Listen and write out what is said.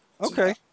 Okay